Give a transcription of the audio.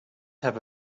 have